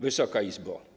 Wysoka Izbo!